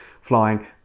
flying